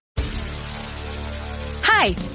Hi